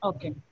Okay